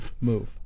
move